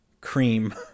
cream